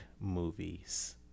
movies